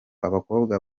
abakobwa